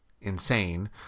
insane